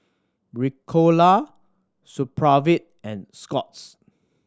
Ricola Supravit and Scott's